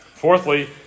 Fourthly